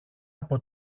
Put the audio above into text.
από